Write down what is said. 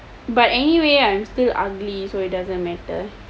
but anyway I'm still ugly so it doesn't matter